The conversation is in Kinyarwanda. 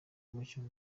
umucyo